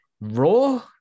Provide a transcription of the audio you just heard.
raw